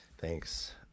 Thanks